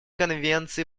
конвенции